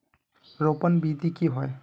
रोपण विधि की होय?